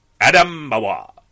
Adamawa